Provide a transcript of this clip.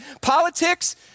Politics